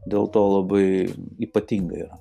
dėl to labai ypatinga yra